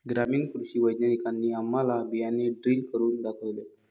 ग्रामीण कृषी वैज्ञानिकांनी आम्हाला बियाणे ड्रिल करून दाखवले